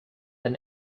than